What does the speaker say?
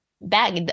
back